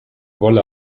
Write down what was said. wolle